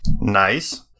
Nice